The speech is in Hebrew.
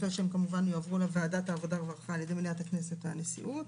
הם יועברו כמובן לוועדת העבודה והרווחה על-ידי מליאת הכנסת והנשיאות.